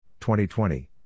2020